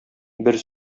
бер